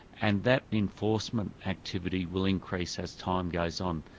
and that enforcement activity will increase as time goes on.